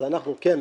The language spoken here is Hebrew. אז כן,